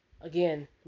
Again